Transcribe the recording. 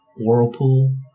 whirlpool